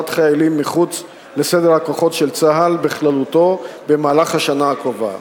החיילים מחוץ לסדר הכוחות של צה"ל בכללותו במהלך השנה הקרובה.